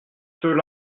ceux